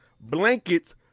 blankets